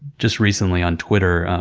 just recently on twitter,